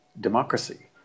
democracy